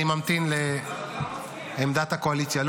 אני ממתין לעמדת הקואליציה.